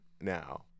now